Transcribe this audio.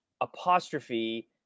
apostrophe